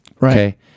Right